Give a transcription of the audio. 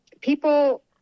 people